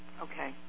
okay